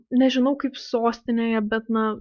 nežinau kaip sostinėje bet na